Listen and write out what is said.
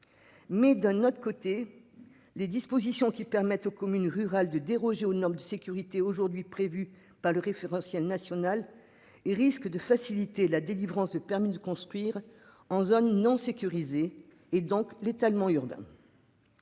Mais d'un autre côté. Les dispositions qui permettent aux communes rurales de déroger aux normes de sécurité aujourd'hui prévue par le référentiel national il risque de faciliter la délivrance de permis de construire en zone non sécurisée et donc l'étalement urbain.